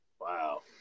Wow